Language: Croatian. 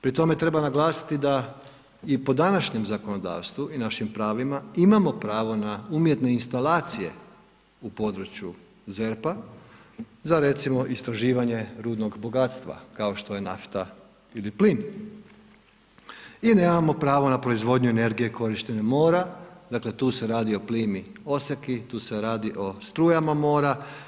Pri tome treba naglasiti da i po današnjem zakonodavstvu i našim pravima imamo pravo na umjetne instalacije u području ZERP-a za recimo istraživanje rudnog bogatstva kao to je nafta ili plin i nemamo pravo na proizvodnju energije korištenjem mora, dakle tu se radi o plimi, oseki, tu se radi o strujama mora.